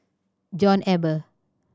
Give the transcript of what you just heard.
John Eber